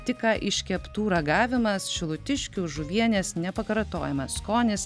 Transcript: tik ką iškeptų ragavimas šilutiškių žuvienės nepakartojamas skonis